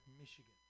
Michigan